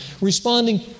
responding